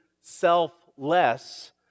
selfless